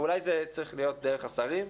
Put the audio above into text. ואולי זה צריך להיות דרך השרים,